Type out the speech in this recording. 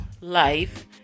life